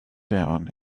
down